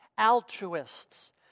Altruists